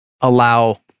allow